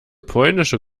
polnische